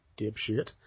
dipshit